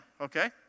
Okay